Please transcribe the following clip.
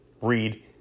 read